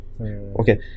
okay